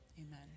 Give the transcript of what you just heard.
Amen